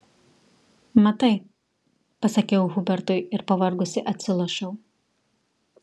matai pasakiau hubertui ir pavargusi atsilošiau